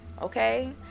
okay